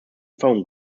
foam